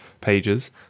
pages